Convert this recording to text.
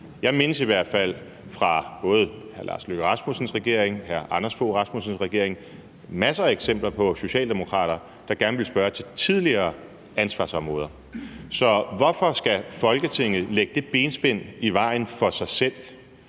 Jeg mindes i hvert fald fra både hr. Lars Løkke Rasmussens regering og hr. Anders Fogh Rasmussens regering masser af eksempler på socialdemokrater, der gerne ville spørge til tidligere ansvarsområder. Så hvorfor skal Folketinget lægge det benspænd i vejen for sig selv,